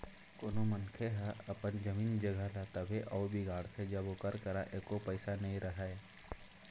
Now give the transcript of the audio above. कोनो मनखे ह अपन जमीन जघा ल तभे अउ बिगाड़थे जब ओकर करा एको पइसा नइ रहय